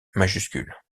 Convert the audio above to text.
majuscules